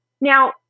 Now